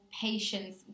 patience